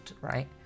right